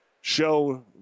show